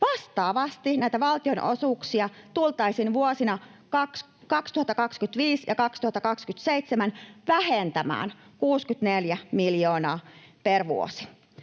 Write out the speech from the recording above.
Vastaavasti näitä valtionosuuksia tultaisiin vuosina 2025—2027 vähentämään 64 miljoonaa per vuosi.